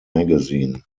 magazine